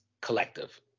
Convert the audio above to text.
collective